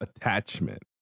attachment